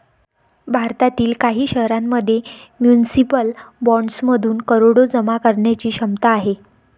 भारतातील काही शहरांमध्ये म्युनिसिपल बॉण्ड्समधून करोडो जमा करण्याची क्षमता आहे